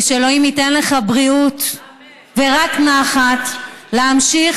שאלוהים ייתן לך בריאות ורק נחת להמשיך